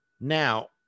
Now